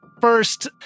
First